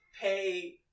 pay